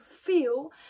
feel